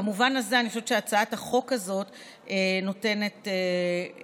במובן הזה אני חושבת שהצעת החוק הזאת נותנת מענה.